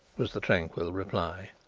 was the tranquil reply.